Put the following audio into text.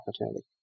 opportunity